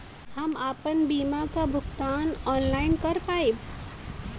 हम आपन बीमा क भुगतान ऑनलाइन कर पाईब?